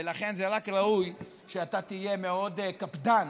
ולכן זה רק ראוי שאתה תהיה מאוד קפדן,